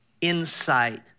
insight